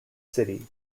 city